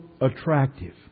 attractive